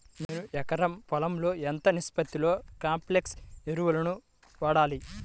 నేను ఎకరం పొలంలో ఎంత నిష్పత్తిలో కాంప్లెక్స్ ఎరువులను వాడాలి?